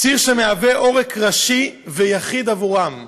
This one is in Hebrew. ציר שמהווה עורק ראשי ויחיד עבורם,